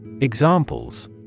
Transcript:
Examples